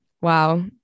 Wow